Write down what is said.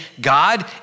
God